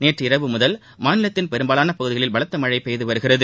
நேற்றிரவு முதல் மாநிலத்தில் பெரும்பாலான பகுதிகளில் பலத்த மழை பெய்துவருகிறது